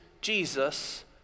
Jesus